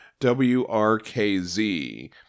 WRKZ